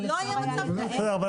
אבל אפשר היה --- סליחה,